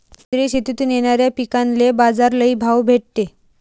सेंद्रिय शेतीतून येनाऱ्या पिकांले बाजार लई भाव भेटते